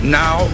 now